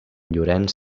llorenç